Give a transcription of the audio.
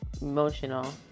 emotional